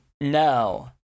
No